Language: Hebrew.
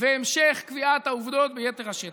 והמשך קביעת העובדות ביתר השטח.